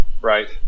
Right